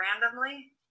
randomly